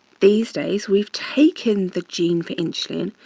these days we've taken the gene for insulin,